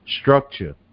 structure